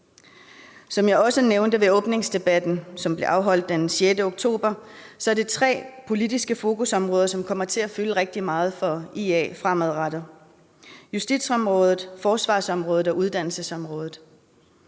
Som jeg også nævnte i åbningsdebatten, som blev afholdt den 6. oktober, er det tre politiske fokusområder, som kommer til at fylde rigtig meget for IA fremadrettet: justitsområdet, forsvarsområdet og uddannelsesområdet.